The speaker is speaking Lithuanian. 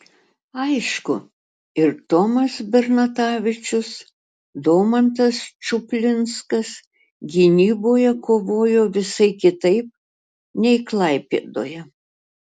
aišku ir tomas bernatavičius domantas čuplinskas gynyboje kovojo visai kitaip nei klaipėdoje